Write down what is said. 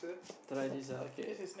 try this okay